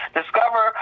discover